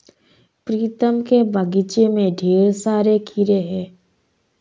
प्रीतम के बगीचे में ढेर सारे खीरे हैं